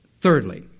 Thirdly